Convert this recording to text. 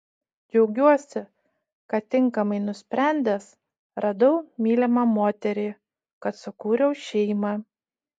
džiaugiuosi kad tinkamai nusprendęs radau mylimą moterį kad sukūriau šeimą